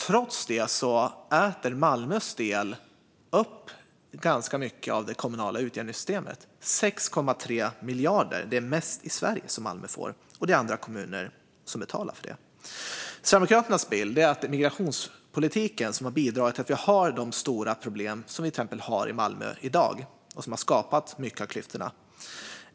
Trots det äter Malmös del upp ganska mycket av det kommunala utjämningssystemet. Det är 6,3 miljarder, mest i Sverige, som Malmö får, och det är andra kommuner som betalar för det. Sverigedemokraternas bild är att det är migrationspolitiken som har bidragit till att vi har de stora problem vi har i exempelvis Malmö i dag och som har skapat mycket av klyftorna.